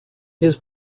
his